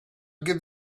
give